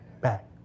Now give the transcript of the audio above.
Back